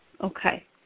Okay